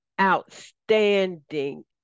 outstanding